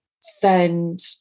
send